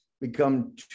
become